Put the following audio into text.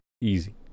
easy